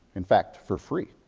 in fact, for free.